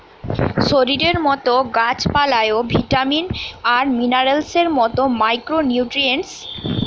শরীরের মতো গাছ পালায় ও ভিটামিন আর মিনারেলস এর মতো মাইক্রো নিউট্রিয়েন্টস দিতে হয়